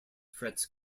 frets